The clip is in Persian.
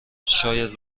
شاید